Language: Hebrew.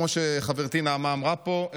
כמו שחברתי נעמה אמרה פה,